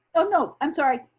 oh no, i'm sorry,